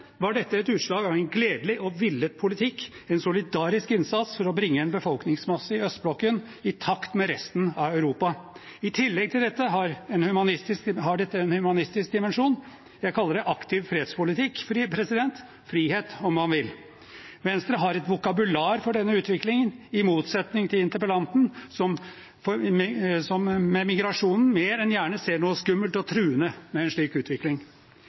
var dette et utslag av en gledelig og villet politikk, en solidarisk innsats for å bringe en befolkningsmasse i østblokken i takt med resten av Europa. I tillegg har dette en humanistisk dimensjon. Jeg kaller det aktiv fredspolitikk – frihet, om man vil. Venstre har et vokabular for denne utviklingen, i motsetning til interpellanten, som med migrasjonen mer enn gjerne ser noe skummelt og truende i en slik utvikling.